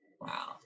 Wow